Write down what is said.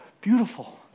beautiful